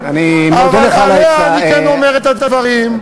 אבל עליה אני כן אומר את הדברים.